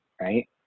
right